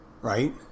Right